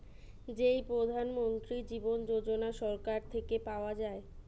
যেই প্রধান মন্ত্রী জীবন যোজনা সরকার থেকে পাওয়া যায়